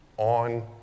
on